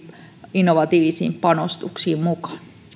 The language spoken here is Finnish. innovatiivisiin panostuksiin mukaan